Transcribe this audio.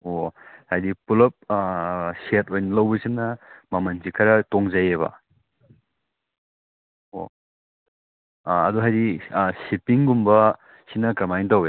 ꯑꯣ ꯑꯗꯒꯤ ꯍꯧꯖꯤꯛꯀꯤ ꯂꯩꯕꯒꯤ ꯑꯩꯈꯣꯏꯒꯤ ꯂꯧꯕ ꯈꯣꯠꯄꯁꯦ ꯍꯥꯏꯗꯤ ꯄꯣꯠ ꯃꯆꯥ ꯑꯃꯗꯤ ꯅꯠꯇꯕꯅꯤꯅ ꯀꯣꯛꯊꯣꯡ ꯑꯣꯏꯅ ꯐꯠ ꯄꯨꯕꯗꯤ ꯌꯥꯔꯣꯏꯗꯕꯅꯤꯅ ꯍꯥꯏꯗꯤ ꯑꯩꯈꯣꯏꯒꯤ ꯃꯣꯏ ꯇ꯭ꯔꯥꯟꯁꯄꯣꯔꯇꯦꯁꯟ ꯍꯥꯏꯕ ꯑꯃ ꯂꯥꯛꯀꯅꯤꯗꯅ